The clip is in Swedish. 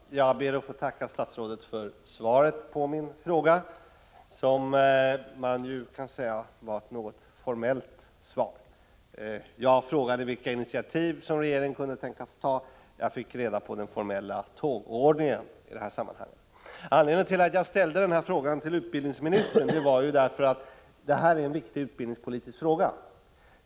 Herr talman! Jag ber att få tacka statsrådet för svaret på min fråga. Det var ett något formellt svar. Jag frågade vilka initiativ som regeringen kunde tänkas ta och fick reda på den formella tågordningen i sammanhanget. Anledningen till att jag ställde frågan till utbildningsministern är att det gäller en viktig utbildningspolitisk fråga.